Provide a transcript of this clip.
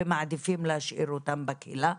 ומעדיפים להשאיר אותם בקהילה.